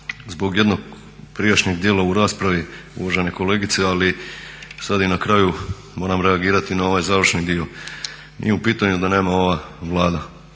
zbog jednog prijašnjeg djela u raspravi uvažena kolegice, ali sad i na kraju moram reagirati na ovaj završni dio. Nije u pitanju da nema ova Vlada.